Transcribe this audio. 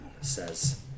Says